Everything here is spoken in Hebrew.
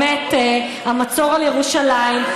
המצור על ירושלים.